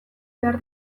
behar